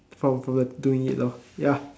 from from the doing it lor ya